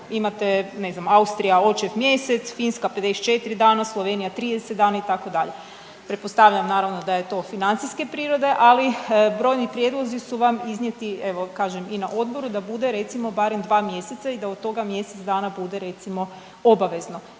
imate ne znam Austrija očev mjesec, Finska 54 dana, Slovenija 30 dana itd., pretpostavljam naravno da je to financijske prirode, ali brojni prijedlozi su vam iznijeti evo kažem i na odboru da bude recimo barem dva mjeseca i da od toga mjesec dana bude recimo obavezno,